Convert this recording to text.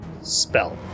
Spell